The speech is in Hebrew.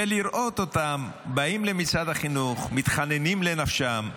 ולראות אותם באים למשרד החינוך, מתחננים לנפשם,